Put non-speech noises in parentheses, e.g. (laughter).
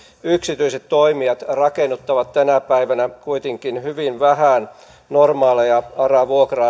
yksityiset toimijat rakennuttavat tänä päivänä hyvin vähän normaaleja ara vuokra (unintelligible)